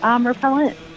repellent